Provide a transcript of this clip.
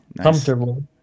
Comfortable